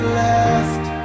left